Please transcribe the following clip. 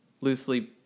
loosely